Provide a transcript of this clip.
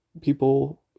people